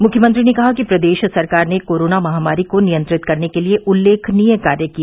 मुख्यमंत्री ने कहा कि प्रदेश सरकार ने कोरोना महामारी को नियंत्रित करने के लिए उल्लेखनीय कार्य किए